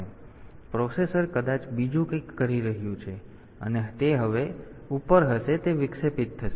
તેથી પ્રોસેસર કદાચ બીજું કંઈક કરી રહ્યું છે અને તે હવે ઉપર હશે તે વિક્ષેપિત થશે